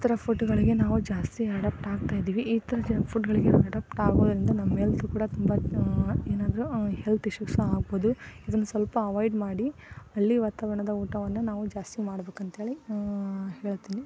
ಈ ಥರ ಫುಡ್ಗಳಿಗೆ ನಾವು ಜಾಸ್ತಿ ಅಡಾಪ್ಟ್ ಆಗ್ತಾಯಿದ್ದೀವಿ ಈ ಥರ ಜಂಗ್ ಫುಡ್ಗಳಿಗೆ ನಾವು ಅಡಾಪ್ಟ್ ಆಗೋದರಿಂದ ನಮ್ಮ ಹೆಲ್ತ್ ಕೂಡ ತುಂಬ ಏನಾದರೂ ಹೆಲ್ತ್ ಇಷ್ಯೂಸ್ ಆಗ್ಬೋದು ಇದನ್ನ ಸ್ವಲ್ಪ ಅವಾಯ್ಡ್ ಮಾಡಿ ಹಳ್ಳಿ ವಾತಾವರಣದ ಊಟವನ್ನು ನಾವು ಜಾಸ್ತಿ ಮಾಡ್ಬೇಕಂಥೇಳಿ ಹೇಳ್ತೀನಿ